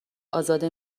ازاده